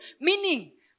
Meaning